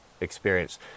experience